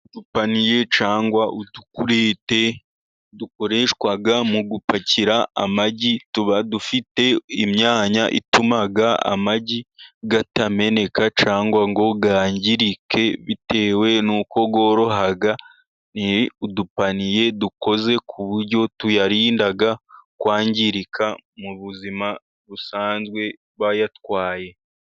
Udupaniye cyangwa udukurete, dukoreshwa mu gupakira amagi, tuba dufite imyanya ituma amagi atameneka cyangwa ngo yangirike bitewe n'uko yoroha. Ni udupaniye dukoze ku buryo tuyarinda kwangirika mu buzima busanzwe bayatwaye.